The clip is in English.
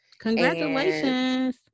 congratulations